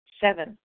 Seven